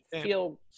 feel